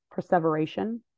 perseveration